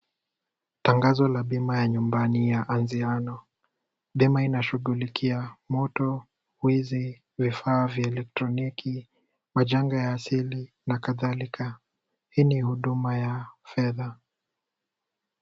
Tangazo la bima ya nyumbani ya anziano. Bima anashughulikia moto, wizi, vifaa vya elektroniki, majanga ya asili na kadhalika. Hii ni huduma ya fedha.